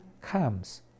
comes